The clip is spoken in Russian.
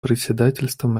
председательством